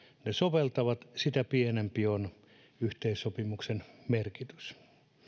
ne soveltavat sitä pienempi on yhteissopimuksen merkitys